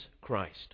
Christ